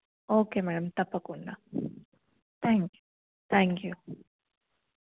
okay madam తప్పకుండా thank you thank you